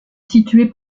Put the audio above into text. située